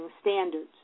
standards